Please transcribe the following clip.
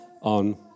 on